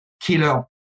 killer